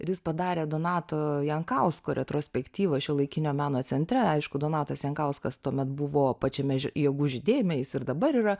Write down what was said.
ir jis padarė donato jankausko retrospektyvą šiuolaikinio meno centre aišku donatas jankauskas tuomet buvo pačiame jėgų žydėjime jis ir dabar yra